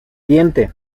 diente